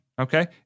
okay